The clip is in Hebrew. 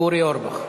אורי אורבך.